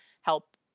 help